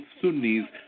Sunnis